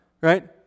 right